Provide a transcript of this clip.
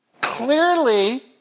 Clearly